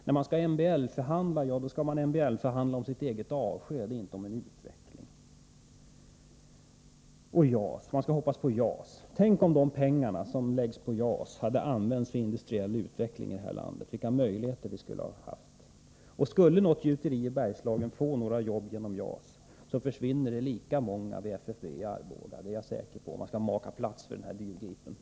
När det skall MBL-förhandlas, är det ens eget avsked det skall förhandlas om och inte en framtida utveckling. Vidare skall man hoppas på JAS-projektet. Men tänk om de pengar som läggs ned på detta projekt i stället hade använts för industriell utveckling i det här landet. Tänk vilka möjligheter vi då skulle ha haft! Skulle något gjuteri i Bergslagen få några beställningar tack vare JAS-projektet, skulle FFV i Arboga gå miste om lika många. Jag är säker på att så sker, om man nu väljer att satsa på nämnda dyrgrip.